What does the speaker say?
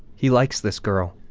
he likes this girl.